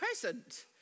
present